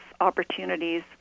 opportunities